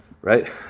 Right